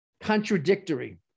contradictory